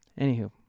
Anywho